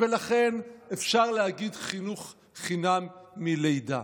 ולכן אפשר להגיד חינוך חינם מלידה.